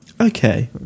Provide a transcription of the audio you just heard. Okay